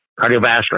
cardiovascular